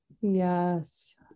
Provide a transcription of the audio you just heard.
yes